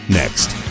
next